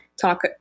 Talk